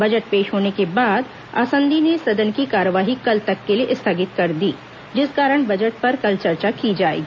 budget पेश होने के बाद आसंदी ने सदन की कार्यवाही कल तक के लिए स्थगित कर दी जिस कारण बजट पर कल चर्चा की जाएगी